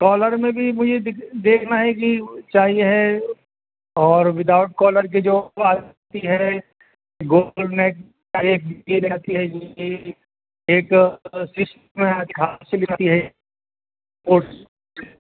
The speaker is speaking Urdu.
کالر میں بھی مجھے د دیکھنا ہے کہ چاہیے ہے اور ودؤٹ کالر کے جو ہے گول نیک رہتی ہے ایکسٹ خاص سے رہتی ہے